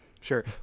Sure